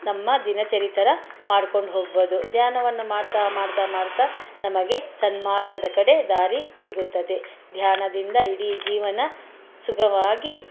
ನಮ್ಮ ದಿನಚರಿ ಥರ ಮಾಡ್ಕೊಂಡು ಹೋಗ್ಬೋದು ಧ್ಯಾನವನ್ನು ಮಾಡ್ತಾ ಮಾಡ್ತಾ ಮಾಡ್ತಾ ನಮಗೆ ಸನ್ಮಾರ್ಗದ ಕಡೆ ದಾರಿ ಸಿಗುತ್ತದೆ ಧ್ಯಾನದಿಂದ ಇಡೀ ಜೀವನ ಸುಗಮವಾಗಿ